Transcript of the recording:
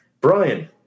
Brian